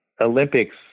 Olympics